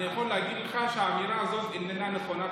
אני יכול להגיד לך שהאמירה הזאת איננה נכונה,